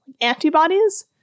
antibodies